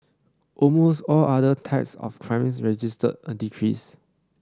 almost all other types of crimes register a decrease